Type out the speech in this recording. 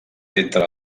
entre